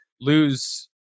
lose